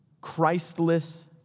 Christless